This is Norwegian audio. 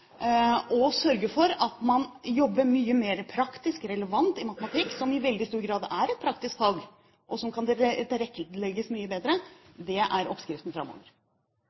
og sørge for at man jobber mye mer praktisk relevant i matematikk – som i veldig stor grad er et praktisk fag som kan tilrettelegges mye bedre – er oppskriften framover.